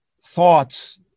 thoughts